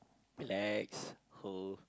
relax oh